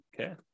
Okay